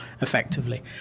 effectively